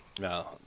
No